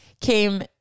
came